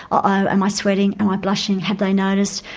oh am i sweating, am i blushing have they noticed,